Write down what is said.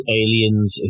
aliens